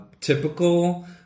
typical